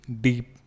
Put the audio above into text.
deep